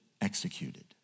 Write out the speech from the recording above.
executed